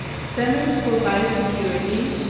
center for biosecurity,